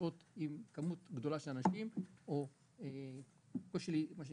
לשהות עם כמות גדולה של אנשים או קושי להתקבץ,